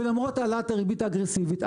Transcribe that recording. ולמרות העלאת הריבית האגרסיבית,